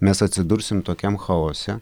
mes atsidursim tokiam chaose